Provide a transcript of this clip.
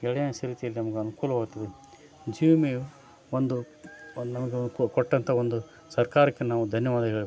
ಗೆಳೆ ನಮ್ಗೆ ಅನುಕೂಲವಾಗುತ್ತದೆ ಜೀವ ವಿಮೆಯು ಒಂದು ಒಂದು ನಮಗೆ ಕೊಟ್ಟಂಥ ಒಂದು ಸರ್ಕಾರಕ್ಕೆ ನಾವು ಧನ್ಯವಾದ ಹೇಳ್ಬೇಕು